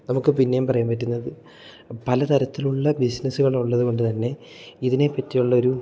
നമുക്ക് പിന്നേം പറയാൻ പറ്റുന്നത് പല തരത്തിലുള്ള ബിസിനസ്സുകൾ ഉള്ളത് കൊണ്ട് തന്നെ ഇതിനെപ്പറ്റിയുള്ള ഒരു